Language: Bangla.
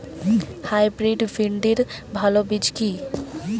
হাইব্রিড ভিন্ডির ভালো বীজ কি?